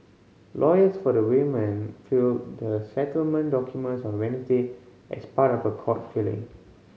lawyers for the women filed the settlement documents on Wednesday as part of a court filing